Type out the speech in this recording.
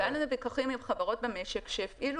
והיו לנו ויכוחים עם חברות במשק שהפעילו